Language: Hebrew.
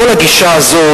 כל הגישה הזאת,